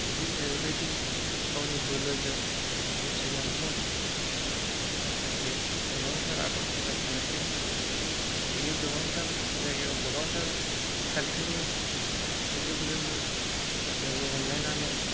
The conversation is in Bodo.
बियो जेरैबायदि गावनि बोलोजों जुजिनायजों माखासे गोबांथार आदब खायदा थानायखाय बियो गोबांथार जायगायाव गोबांथार काउन्ट्रिनि आइजोफोरजोंबो लोगो हमलायनानै